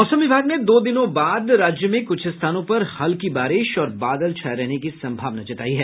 मौसम विभाग ने दो दिनों बाद राज्य में कुछ स्थानों पर हल्की बारिश और बादल छाये रहने की संभावना जतायी है